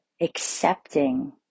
accepting